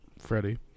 Freddie